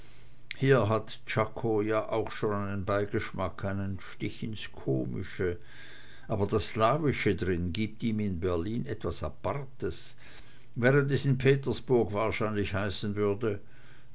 hier hat czako ja auch schon einen beigeschmack einen stich ins komische aber das slawische drin gibt ihm in berlin etwas apartes während es in petersburg wahrscheinlich heißen würde